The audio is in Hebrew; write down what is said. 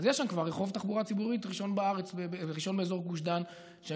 אז יש שם כבר רחוב תחבורה ציבורה ציבורית ראשון באזור גוש דן שלוקח